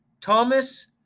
Thomas